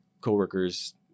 coworkers